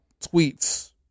tweets